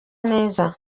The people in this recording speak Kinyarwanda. neza